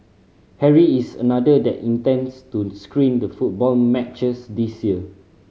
Harry is another that intends to screen the football matches this year